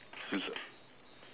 years o~